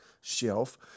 shelf